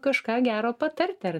kažką gero patarti ar